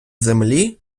землі